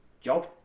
job